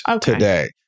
today